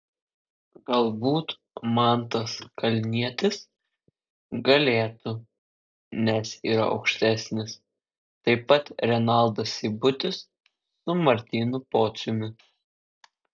galbūt mantas kalnietis galėtų nes yra aukštesnis taip pat renaldas seibutis su martynu pociumi